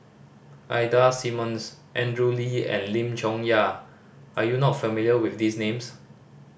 Ida Simmons Andrew Lee and Lim Chong Yah are you not familiar with these names